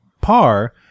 par